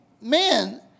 man